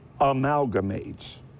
amalgamates